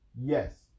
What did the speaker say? Yes